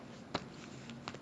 ya பேசலா:pesalaa lah